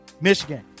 Michigan